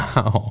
Wow